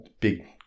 big